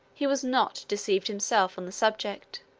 he was not deceived himself on the subject